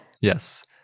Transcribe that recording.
Yes